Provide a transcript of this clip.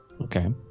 Okay